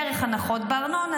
דרך הנחות בארנונה,